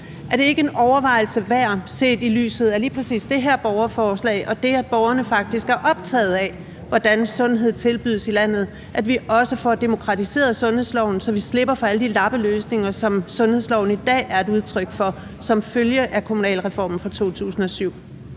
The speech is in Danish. Er det ikke en overvejelse værd set i lyset af lige præcis det her borgerforslag og det, at borgerne faktisk er optaget af, hvordan behandling tilbydes i landet, at vi også får demokratiseret sundhedsloven, så vi slipper for alle de lappeløsninger, som sundhedsloven i dag er et udtryk for som følge af kommunalreformen fra 2007?